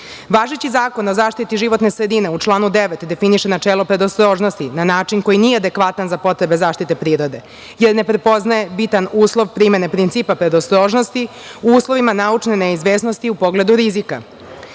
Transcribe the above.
zakon o Zaštiti životne sredine u članu 9. definiše načelo predostrožnosti na način koji nije adekvatan za potrebe zaštite prirode, jer ne prepoznaje bitan uslov primene principa predostrožnosti u uslovima naučne neizvesnosti u pogledu rizika.S